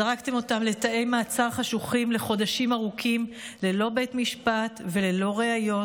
זרקתם אותם לתאי מעצר חשוכים לחודשים ארוכים ללא בית משפט וללא ראיות